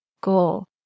goal